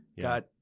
got